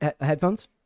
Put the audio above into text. headphones